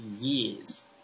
years